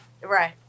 Right